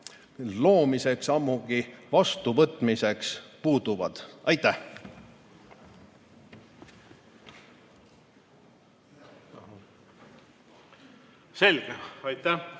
loomiseks, ammugi vastuvõtmiseks, puuduvad. Aitäh! Selge, aitäh!